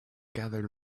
gathered